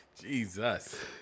Jesus